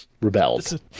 rebelled